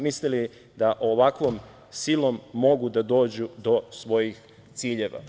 Misle li da ovakvom silom mogu da dođu do svojih ciljeva?